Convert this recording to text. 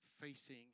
facing